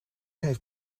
heeft